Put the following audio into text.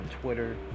twitter